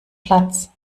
platz